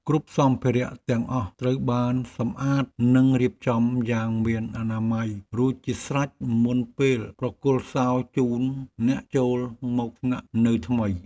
គ្រប់សម្ភារៈទាំងអស់ត្រូវបានសម្អាតនិងរៀបចំយ៉ាងមានអនាម័យរួចជាស្រេចមុនពេលប្រគល់សោជូនអ្នកចូលមកស្នាក់នៅថ្មី។